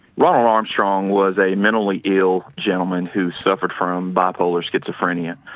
ronald armstrong was a mentally ill gentleman who suffered from bipolar, schizophrenia.